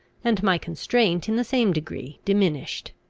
and my constraint in the same degree diminished.